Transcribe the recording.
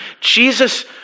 Jesus